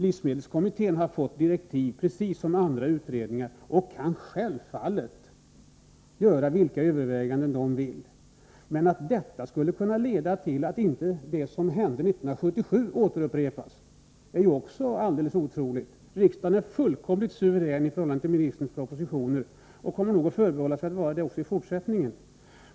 Livsmedelskommittén har fått direktiv precis som andra utredningar och kan självfallet göra vilka överväganden den vill. Också påståendet att detta skulle leda till att det som hände 1977 inte kan upprepas är alldeles otroligt. Riksdagen är fullkomligt suverän i förhållande till ministerns propositioner och kommer nog att förbehålla sig den rätten även i fortsättningen.